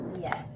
Yes